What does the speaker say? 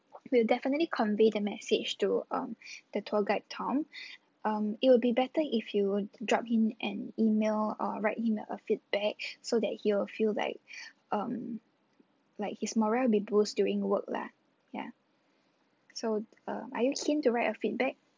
we'll definitely convey the message to um the tour guide tom um it will be better if you would drop him an email or write him a feedback so that he'll feel like um like his morale be boost doing work lah yeah so uh are you keen to write a feedback